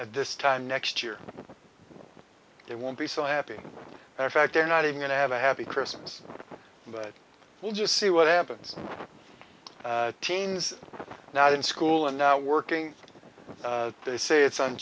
at this time next year it won't be so happy and in fact they're not even going to have a happy christmas but we'll just see what happens teens now in school and now working they say it's